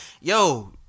yo